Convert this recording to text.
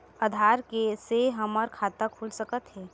आधार से हमर खाता खुल सकत हे?